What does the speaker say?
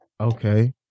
okay